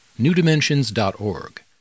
newdimensions.org